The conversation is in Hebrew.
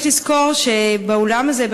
יש לזכור שבאולם הזה,